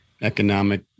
economic